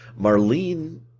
Marlene